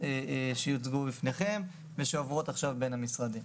שיוצגו בפניכם ושעוברות עכשיו בין המשרדים.